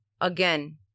again